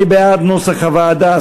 התקבל כנוסח הוועדה.